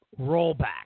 rollback